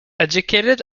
educated